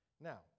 Now